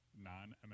non